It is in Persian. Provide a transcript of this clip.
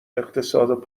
اقتصاد